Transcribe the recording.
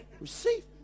receive